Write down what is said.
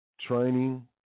training